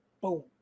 boom